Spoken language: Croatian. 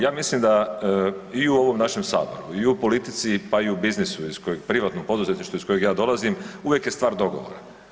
Ja mislim da i u ovom našem saboru i u politici, pa i u biznisu iz kojeg privatno poduzetništvo iz kojeg ja dolazim uvijek je stvar dogovora.